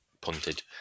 punted